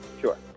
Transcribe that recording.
Sure